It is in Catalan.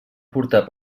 portar